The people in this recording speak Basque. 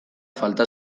falta